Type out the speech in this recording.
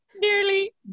nearly